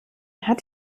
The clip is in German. hat